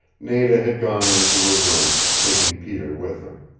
nada had gone into her room, taking peter with her,